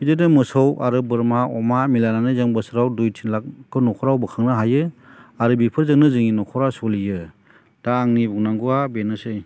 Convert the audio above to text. बिदिनो मोसौ आरो बोरमा अमा मिलायनानै जों बोसोराव दुइ तिन लाखखौ न'खराव बोखांनो हायो आरो बिफोरजोंनो जोंनि न'खरा सोलियो दा आंनि बुंनांगौआ बेनोसै